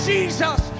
Jesus